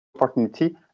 opportunity